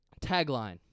tagline